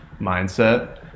mindset